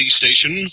station